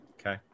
Okay